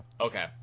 Okay